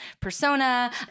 persona